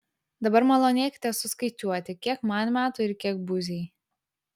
dabar malonėkite suskaičiuoti kiek man metų ir kiek buziai